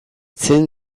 zen